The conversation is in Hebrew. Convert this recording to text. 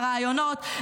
הראיונות,